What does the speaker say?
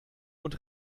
und